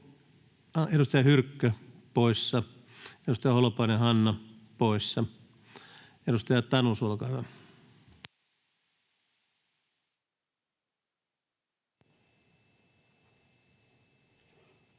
edustaja Hyrkkö poissa, edustaja Holopainen, Hanna poissa. — Edustaja Tanus, olkaa hyvä. Arvoisa puhemies! Täytyy